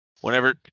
whenever